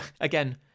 Again